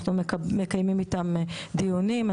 אנחנו מקיימים איתם דיונים,